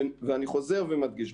ואני חוזר ומדגיש,